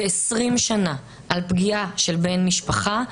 ו-20 שנה על פגיעה של בן משפחה,